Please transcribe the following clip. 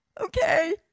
okay